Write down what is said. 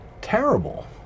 Terrible